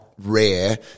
rare